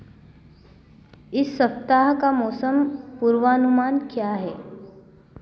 इस सप्ताह का मौसम पूर्वानुमान क्या है